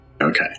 Okay